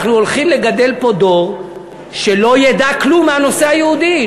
אנחנו הולכים לגדל פה דור שלא ידע כלום מהנושא היהודי,